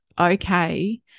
okay